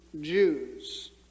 Jews